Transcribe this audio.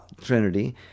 Trinity